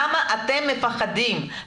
למה אתם מפחדים.